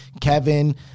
Kevin